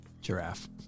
Giraffe